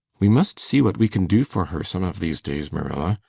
we must see what we can do for her some of these days, marilla.